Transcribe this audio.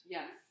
Yes